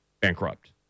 bankrupt